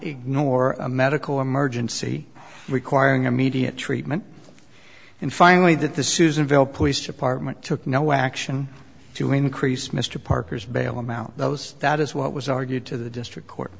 ignore a medical emergency requiring immediate treatment and finally that the susan vale police department took no action to increase mr parker's bail amount those that is what was argued to the district court